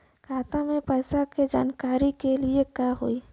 खाता मे पैसा के जानकारी के लिए का होई?